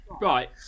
Right